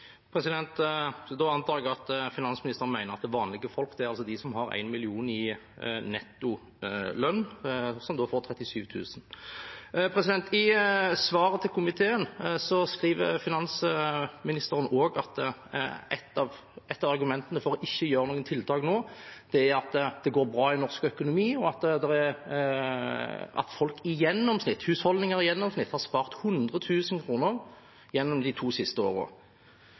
Da antar jeg at finansministeren mener at vanlige folk er de som har 1 mill. kr i nettolønn, og de får da 37 000 kr. I svaret til komiteen skriver finansministeren også at et av argumentene for ikke å gjøre noen tiltak nå, er at det går bra i norsk økonomi, og at folk i gjennomsnitt, husholdninger i gjennomsnitt, har spart 100 000 kr gjennom de to siste